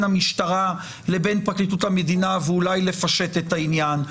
המשטרה לבין פרקליטות המדינה ואולי לפשט את העניין,